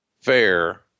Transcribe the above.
fair